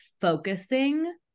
focusing